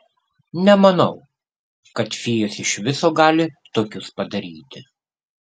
nemanau kad fėjos iš viso gali tokius padaryti